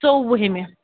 ژوٚوُہمہِ